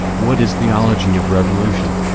what is theology of revolution?